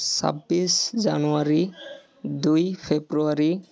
ছাবিশ জানুৱাৰী দুই ফেব্ৰুৱাৰী